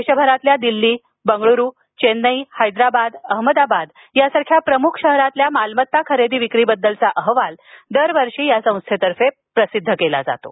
देशभरातील दिल्ली बंगळुरू चेन्नई हैदराबाद अहमदाबाद यासारख्या प्रमुख शहरातील मालमत्ता खरेदी विक्रीबद्दलचा अहवाल दरवर्षी या संस्थेतर्फे जाहीर केला जातो